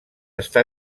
està